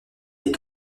est